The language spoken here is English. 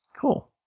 Cool